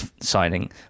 signing